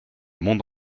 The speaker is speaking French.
monde